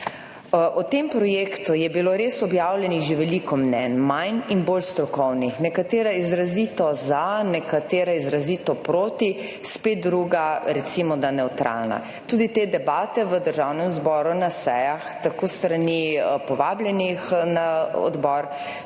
O tem projektu je bilo res objavljenih že veliko mnenj, manj in bolj strokovnih, nekatera izrazito za, nekatere izrazito proti, spet druga recimo, da nevtralna. Tudi te debate v Državnem zboru na sejah, tako s strani povabljenih na odbor